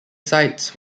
sites